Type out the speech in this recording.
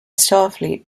starfleet